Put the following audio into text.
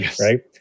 right